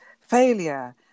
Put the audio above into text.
failure